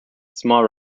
small